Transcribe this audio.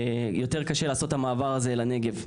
ויותר קשה לעשות את המעבר הזה לנגב.